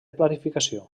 planificació